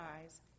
eyes